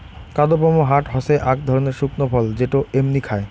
কাদপমহাট হসে আক ধরণের শুকনো ফল যেটো এমনি খায়